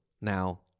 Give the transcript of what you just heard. now